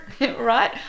Right